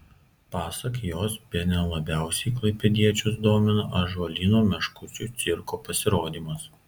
pasak jos bene labiausiai klaipėdiečius domina ąžuolyno meškučių cirko pasirodymas